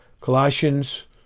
Colossians